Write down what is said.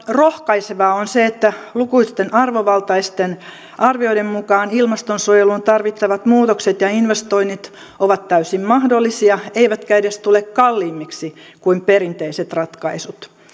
rohkaisevaa on se että lukuisten arvovaltaisten arvioiden mukaan ilmastonsuojeluun tarvittavat muutokset ja investoinnit ovat täysin mahdollisia eivätkä edes tule kalliimmiksi kuin perinteiset ratkaisut